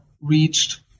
reached